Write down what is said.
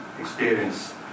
experience